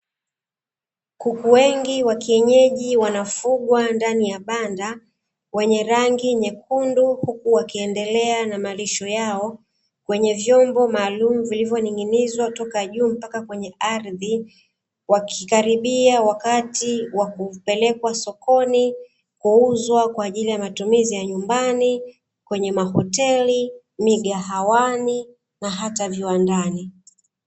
Kuku wengi wakienyeji wanafugwa ndani ya banda wenye rangi nyekundu, huku wakila malisho yao kwenye vyombo maalumu vilivyoning'inizwa toka juu mpaka kwenye ardhi, wakikaribia wakati wa kupelekwa sokoni kuuzwa kwa ajili ya matumizi ya nyumbani kwenye mahoteli migahawani na hata viwandani.